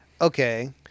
Okay